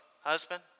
husband